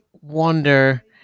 wonder